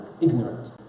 ignorant